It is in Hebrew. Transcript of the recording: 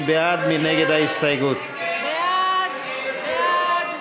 מי בעד ההסתייגות ומי נגדה?